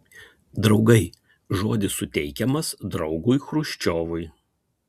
draugai žodis suteikiamas draugui chruščiovui